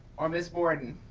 or miss borden.